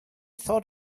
thought